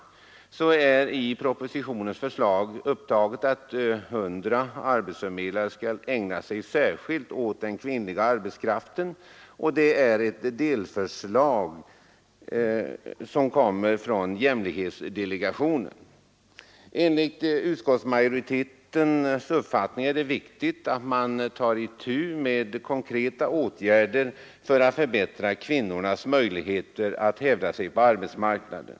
På den punkten är i propositionen föreslaget att 100 arbetsförmedlare skall ägna sig särskilt åt den kvinnliga arbetskraften. Det är ett delförslag, som kommer från jämställdhetsdelegationen. Enligt utskottsmajoritetens uppfattning är det viktigt att man vidtar konkreta åtgärder för att förbättra kvinnornas möjligheter att hävda sig "på arbetsmarknaden.